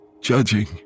Judging